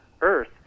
earth